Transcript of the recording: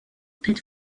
pit